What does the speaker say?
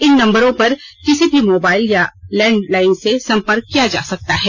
इन नम्बरों पर किसी भी मोबाइल या लैंडलाइन से सम्पर्क किया जा सकता है